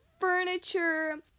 furniture